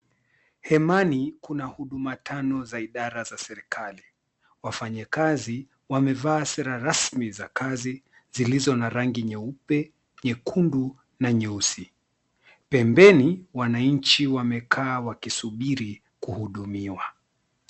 Hemani kuna huduma tano za idara za serikali. Wafanyakazi wamevaa sare rasmi za kazi zilizo na rangi nyeupe, nyekundu na nyeusi. Pembeni, wananchi wamekaa wakisubiri kuhudumiwa.